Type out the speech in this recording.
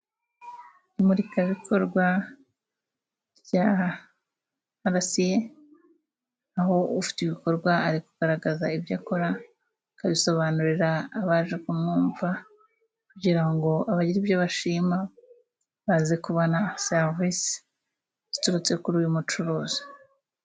Imurikabikorwa rya arasiye, aho ufite ibikorwa ari kugaragaza ibyo akora, akabisobanurira abaje kumwumva kugira ngo abagira ibyo bashima, baze kubona serivisi ziturutse kuri uyu mucuruzi.